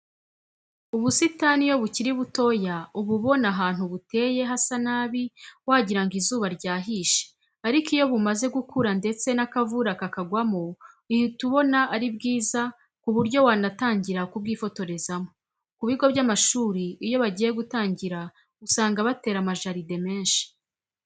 Ubusitani iyo bukiri butoya uba ubona ahantu buteye hasa nabi wagira ngo izuba ryahishe ariko iyo bumaze gukura ndetse n'akavura kakagwamo uhita ubona ari bwiza ku buryo wanatangira kubwifotorezamo. Ku bigo by'amashuri iyo bagiye gutangira usanga batera amajaride menshi.